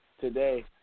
today